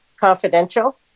confidential